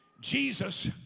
Jesus